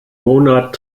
monat